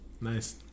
nice